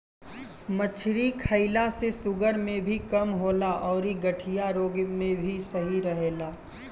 मछरी खईला से शुगर भी कम होला अउरी गठिया रोग में भी सही रहेला